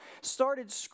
started